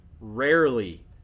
rarely